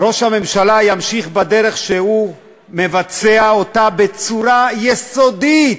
ראש הממשלה ימשיך בדרך שהוא מבצע בצורה יסודית,